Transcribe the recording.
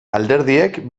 alderdiek